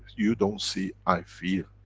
you don't see, i feel,